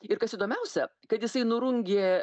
ir kas įdomiausia kad jisai nurungė